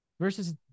versus